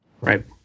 right